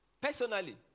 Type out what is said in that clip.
personally